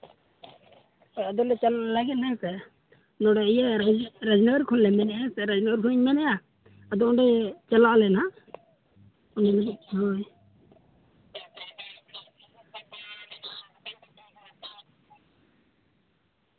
ᱥᱮ ᱟᱹᱰᱤ ᱞᱮᱠᱟᱱ ᱞᱟᱹᱜᱤᱜ ᱞᱮ ᱥᱮ ᱱᱚᱰᱮ ᱤᱭᱟᱹ ᱨᱟᱹᱭᱦᱟᱹᱨ ᱠᱷᱚᱱ ᱞᱮ ᱢᱮᱱᱮᱜᱼᱟ ᱥᱮ ᱨᱟᱹᱭᱦᱟᱹᱨ ᱠᱷᱚᱱᱤᱧ ᱢᱮᱱᱮᱜᱼᱟ ᱟᱫᱚ ᱚᱸᱰᱮ ᱪᱟᱞᱟᱜ ᱟᱞᱮ ᱦᱟᱸᱜ ᱟᱫᱚ ᱚᱱᱟ ᱞᱟᱹᱜᱤᱫ ᱦᱳᱭ